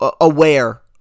aware